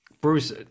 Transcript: Bruce